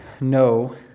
No